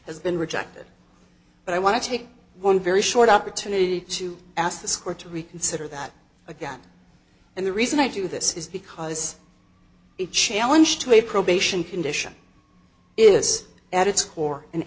has been rejected but i want to take one very short opportunity to ask the score to reconsider that again and the reason i do this is because it challenges to a probation condition is at its core an